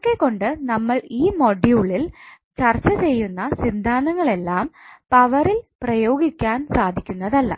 ഇതൊക്കെ കൊണ്ട് നമ്മൾ ഈ മോഡ്യൂളിൽ ചർച്ചചെയ്യുന്ന സിദ്ധാന്തങ്ങളെല്ലാം പവറിൽ പ്രയോഗിക്കാൻ സാധിക്കുന്നതല്ല